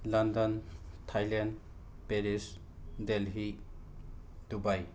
London Thailand Paris Delhi Dubai